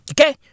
Okay